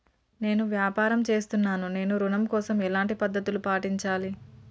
నేను వ్యాపారం చేస్తున్నాను నేను ఋణం కోసం ఎలాంటి పద్దతులు పాటించాలి?